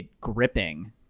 gripping